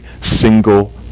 single